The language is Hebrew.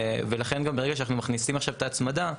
וברגע שאנחנו מכניסים עכשיו את ההצמדה,